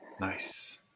Nice